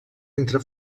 entre